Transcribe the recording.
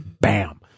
bam